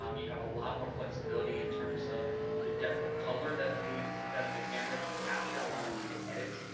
um you have a lot more flexibility in terms of the depth of color that the that the camera can capture, allowing you to edit.